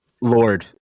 Lord